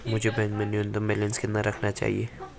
मुझे बैंक में न्यूनतम बैलेंस कितना रखना चाहिए?